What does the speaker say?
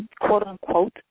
quote-unquote